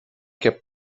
kept